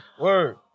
word